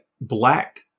Black